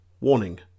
Warning